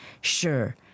Sure